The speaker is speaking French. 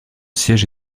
siège